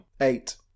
Eight